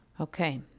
Okay